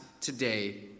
today